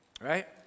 right